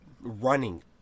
running